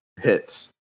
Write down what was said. Hits